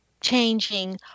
changing